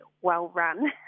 well-run